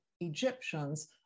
Egyptians